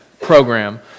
program